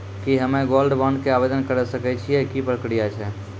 की हम्मय gold bond के आवदेन करे सकय छियै, की प्रक्रिया छै?